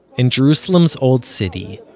in jerusalem's old city,